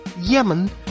Yemen